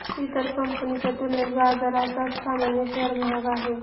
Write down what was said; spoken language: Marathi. इतर कंपनीच्या तुलनेत बजाजचा सामान्य शेअर महाग आहे